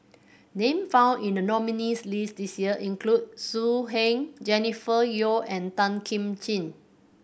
name found in the nominees' list this year include So Heng Jennifer Yeo and Tan Kim Ching